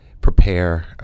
prepare